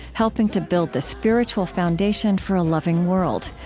helping to build the spiritual foundation for a loving world.